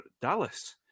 Dallas